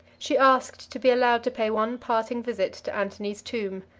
she asked to be allowed to pay one parting visit to antony's tomb.